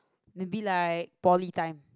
maybe like poly time